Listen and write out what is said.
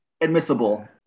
Admissible